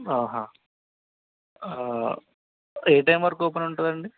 ఏ time వరకు open ఉంటుంది అండి